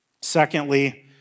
secondly